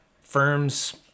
firms